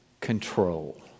control